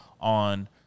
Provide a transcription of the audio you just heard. on